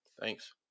thanks